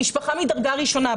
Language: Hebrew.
למשפחה מדרגה ראשונה.